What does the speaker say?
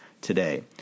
today